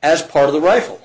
as part of the rifle